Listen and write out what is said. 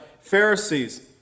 Pharisees